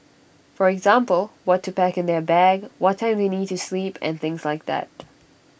for example what to pack in their bag what time they need to sleep and things like that